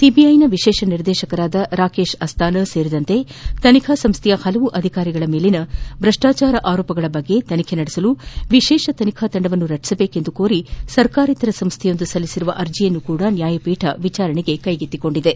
ಸಿಬಿಐನ ವಿಶೇಷ ನಿರ್ದೇಶಕರಾದ ರಾಕೇಶ್ ಅಸ್ತಾನಾ ಸೇರಿದಂತೆ ತನಿಖಾ ಸಂಸ್ಥೆಯ ಹಲವು ಅಧಿಕಾರಿಗಳ ಮೇಲಿನ ಭ್ರಷ್ವಾಚಾರ ಆರೋಪಗಳ ಬಗ್ಗೆ ತನಿಖೆ ನಡೆಸಲು ವಿಶೇಷ ತನಿಖಾ ತಂಡವನ್ನು ರಚಿಸುವಂತೆ ಕೋರಿ ಸರ್ಕಾರೇತರ ಸಂಸ್ವೆಯೊಂದು ಸಲ್ಲಿಸಿರುವ ಅರ್ಜಿಯನ್ನೂ ಸಹ ನ್ಯಾಯಪೀಠ ವಿಚಾರಣೆಗೆ ಕೈಗೆತ್ತಿಕೊಂಡಿದೆ